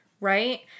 Right